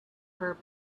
her